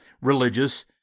religious